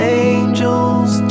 angels